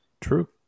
True